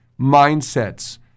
mindsets